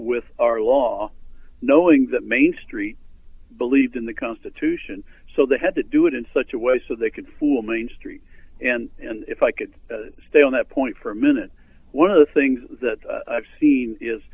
with our law knowing that main street believed in the constitution so they had to do it in such a way so they could fool main street and if i could stay on that point for a minute one of the things that i've seen is